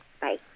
bye